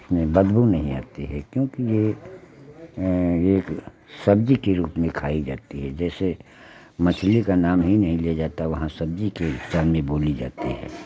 उसमें बदबू नहीं आती है क्योंकि ये एक सब्ज़ी के रूप में खाई जाती है जैसे मछली का नाम ही नहीं लिया जाता है वहां सब्ज़ी के में बोली जाती है